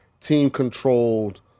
team-controlled